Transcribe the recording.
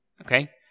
okay